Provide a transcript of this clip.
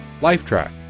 Lifetrack